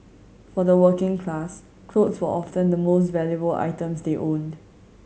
for the working class clothes were often the most valuable items they owned